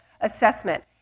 assessment